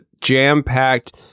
jam-packed